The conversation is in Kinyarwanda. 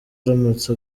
aramutse